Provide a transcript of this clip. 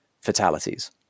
fatalities